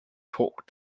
talked